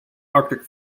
arctic